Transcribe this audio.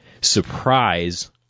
surprise